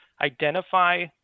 identify